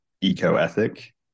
eco-ethic